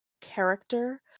character